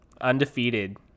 Undefeated